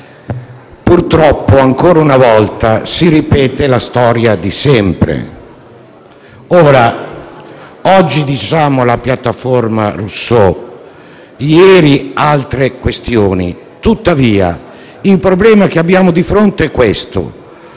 purtroppo, ancora una volta, si ripete la storia di sempre. Oggi è la piattaforma Rousseau, ieri erano altre questioni, tuttavia il problema che abbiamo di fronte è il